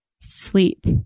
sleep